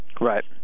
Right